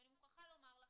ואני מוכרחה לומר לכם,